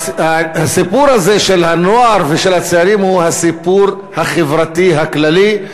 הסיפור הזה של הנוער ושל הצעירים הוא הסיפור החברתי הכללי.